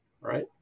right